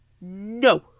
No